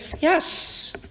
Yes